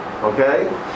Okay